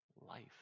life